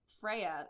Freya